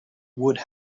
would